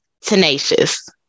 tenacious